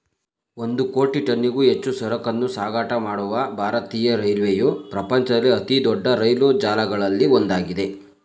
ಒಂದು ಕೋಟಿ ಟನ್ನಿಗೂ ಹೆಚ್ಚು ಸರಕನ್ನೂ ಸಾಗಾಟ ಮಾಡುವ ಭಾರತೀಯ ರೈಲ್ವೆಯು ಪ್ರಪಂಚದಲ್ಲಿ ಅತಿದೊಡ್ಡ ರೈಲು ಜಾಲಗಳಲ್ಲಿ ಒಂದಾಗಿದೆ